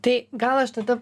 tai gal aš tada